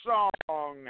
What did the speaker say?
Song